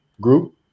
group